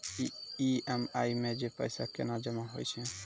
EMI मे जे पैसा केना जमा होय छै?